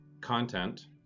content